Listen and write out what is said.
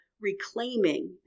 reclaiming